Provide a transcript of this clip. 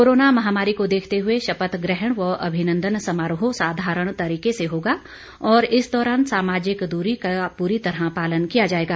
corona महामारी को देखते हुए शपथ ग्रहण व अभिनन्दन समारोह साधारण तरीके से होगा और इस दौरान सामाजिक दूरी का पूरी तरह पालन किया जाएगा